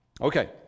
Okay